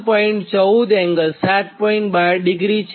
12° reference લાઇનથી leading છે